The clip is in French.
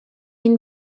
une